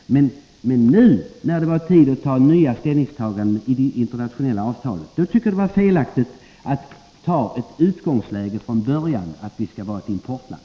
Jag tycker emellertid att det nu — när det var tid för nya ställningstaganden beträffande det internationella avtalet — var fel att ha som utgångspunkt att Sverige skall vara ett importland.